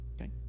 okay